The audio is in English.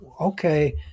okay